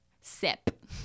Sip